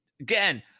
again